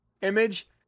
image